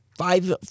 Five